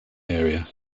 area